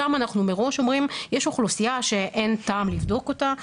שם אנחנו מראש אומרים שיש אוכלוסייה שאין טעם לבדוק אותה,